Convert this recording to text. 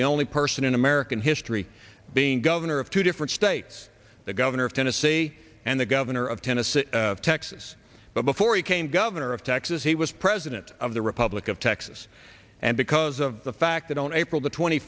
the only person in american history being governor of two different states the governor of tennessee and the governor of tennessee texas but before he came governor of texas he was president of the republic of texas and because of the fact that on april the twenty